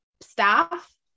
staff